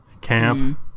camp